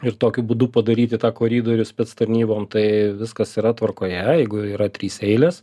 ir tokiu būdu padaryti tą koridorių spec tarnybom tai viskas yra tvarkoje jeigu yra trys eilės